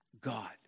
God